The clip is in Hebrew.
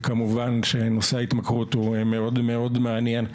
וכמובן שנושא ההתמכרות הוא מאוד מאוד מעניין.